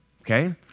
okay